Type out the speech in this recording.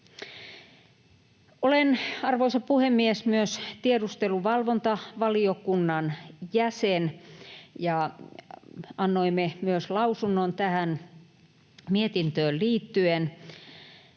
Olen, arvoisa puhemies, myös tiedusteluvalvontavaliokunnan jäsen, ja annoimme myös lausunnon tähän mietintöön liittyen.